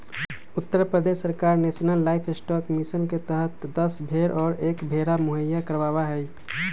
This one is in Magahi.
उत्तर प्रदेश सरकार नेशलन लाइफस्टॉक मिशन के तहद दस भेंड़ और एक भेंड़ा मुहैया करवावा हई